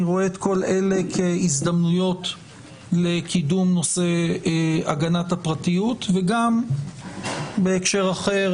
אני רואה את כל אלה כהזדמנויות לקידום נושא הגנת הפרטיות וגם בהקשר אחר,